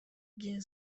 gean